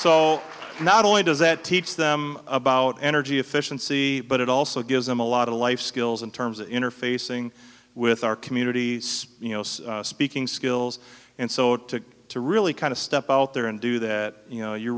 so not only does that teach them about energy efficiency but it also gives them a lot of life skills in terms of interfacing with our community you know speaking skills and so to to really kind of step out there and do that you know you